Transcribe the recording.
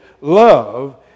love